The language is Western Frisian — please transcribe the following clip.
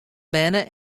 berne